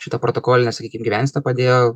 šita protokolinė sakykim gyvensena padėjo